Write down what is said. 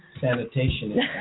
sanitation